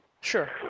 Sure